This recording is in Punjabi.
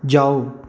ਜਾਓ